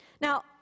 Now